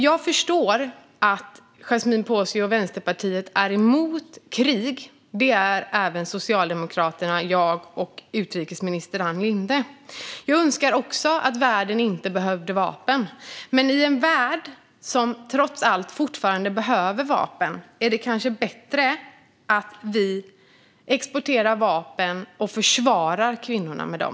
Jag förstår att Yasmine Posio och Vänsterpartiet är emot krig; det är även Socialdemokraterna, jag och utrikesminister Ann Linde. Jag önskar också att världen inte behövde vapen, men i en värld där vapen trots allt fortfarande behövs är det kanske bättre att vi exporterar vapen och försvarar kvinnorna med dem.